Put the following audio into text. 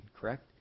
correct